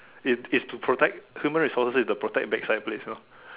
it it's to protect human resources is to protect backside place you know